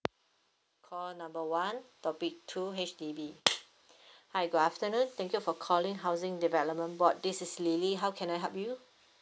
call number one topic two H_D_B hi good afternoon thank you for calling housing development board this is lily how can I help you